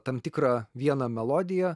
tam tikrą vieną melodiją